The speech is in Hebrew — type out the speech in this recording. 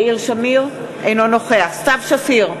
אינו נוכח סתיו שפיר,